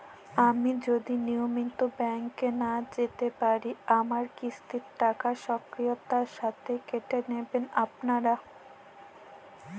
আমি যদি নিয়মিত ব্যংকে না যেতে পারি আমার কিস্তির টাকা স্বকীয়তার সাথে কেটে নেবেন আপনারা?